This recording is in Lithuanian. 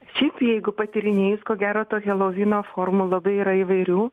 šiaip jeigu patyrinėjus ko gero to helovyno formų labai yra įvairių